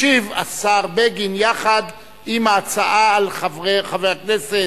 ישיב השר בגין, יחד עם ההצעה של חבר הכנסת